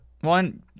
one